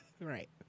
Right